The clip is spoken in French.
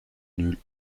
nul